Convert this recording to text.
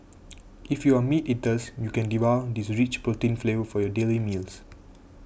if you are meat eaters you can devour this rich protein flavor for your daily meals